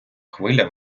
хвиля